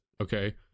okay